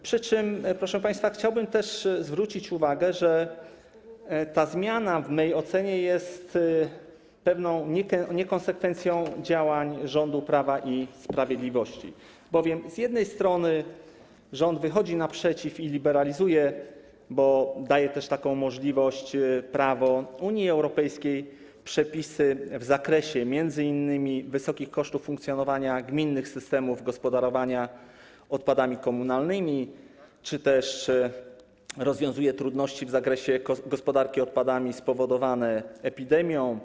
Przy czym, proszę państwa, chciałbym też zwrócić uwagę, że ta zmiana w mej ocenie jest pewną niekonsekwencją w działaniach rządu Prawa i Sprawiedliwości, bowiem z jednej strony rząd wychodzi naprzeciw i liberalizuje - bo daje też taką możliwość prawo Unii Europejskiej - przepisy w zakresie m.in. wysokich kosztów funkcjonowania gminnych systemów gospodarowania odpadami komunalnymi czy też rozwiązuje trudności w zakresie gospodarki odpadami spowodowane epidemią.